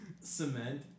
cement